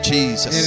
Jesus